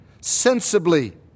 sensibly